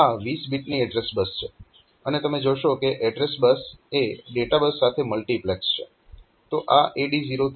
તો આ 20 બીટની એડ્રેસ બસ છે અને તમે જોશો કે એડ્રેસ બસ એ ડેટા બસ સાથે મલ્ટીપ્લેક્સ્ડ છે